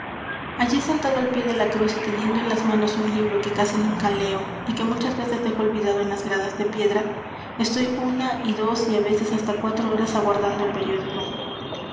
allí sentado al pie de la cruz y teniendo en las manos un libro que casi nunca leo y que muchas veces dejo olvidado en las gradas de piedra estoy una y dos y á veces hasta cuatro horas aguardando el periódico